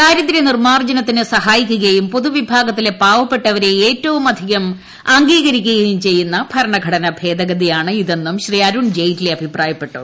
ദാരിദ്ര്യനിർമ്മാർജ്ജനത്തിന് സഹായിക്കുകയും പൊതുവിഭാഗത്തിലെ പാവപ്പെട്ടവരെ ഏറ്റവും അംഗീകരിക്കുകയും അധികം ചെയ്യുന്ന ഭരണഘടനാ ഭേദഗതിയാണ് ഇതെന്നും ശ്രീ അരുൺ ജെയ്റ്റ്ലി അഭിപ്രായപ്പെട്ടു